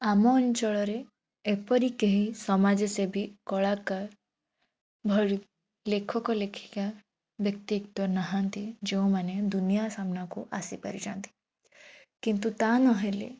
ଆମ ଅଞ୍ଚଳରେ ଏପରି କେହି ସମାଜସେବୀ କଳାକାର ଭଳି ଲେଖକ ଲେଖିକା ବ୍ୟକ୍ତିତ୍ୱ ନାହାନ୍ତି ଯେଉଁମାନେ ଦୁନିଆ ସାମ୍ନାକୁ ଆସିପାରିଛନ୍ତି କିନ୍ତୁ ତା' ନହେଲେ